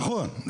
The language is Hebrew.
נכון,